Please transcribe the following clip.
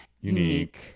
Unique